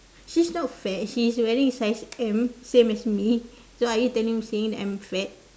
she's not fat she's wearing size M same as me so are you telling me saying that I am fat